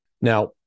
Now